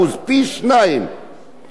וכמה מהם יוצאים נכים?